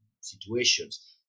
situations